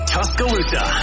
Tuscaloosa